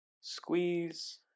squeeze